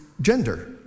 gender